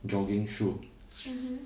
jogging shoe